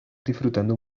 disfrutando